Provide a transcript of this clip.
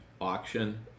auction